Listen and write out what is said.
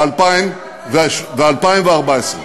ב-2014.